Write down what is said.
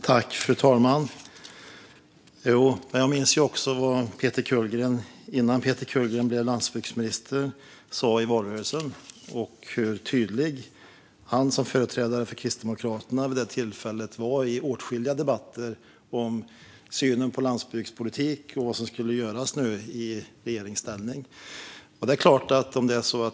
Fru talman! Jo, men jag minns också vad Peter Kullgren sa i valrörelsen, innan Peter Kullgren blev landsbygdsminister, och hur tydlig han som företrädare för Kristdemokraterna var i åtskilliga debatter om synen på landsbygdspolitik och vad som skulle göras i regeringsställning.